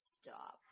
stop